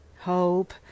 hope